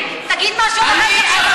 תגיד משהו על הרצח של השוטרים.